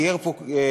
תיאר פה קודמי,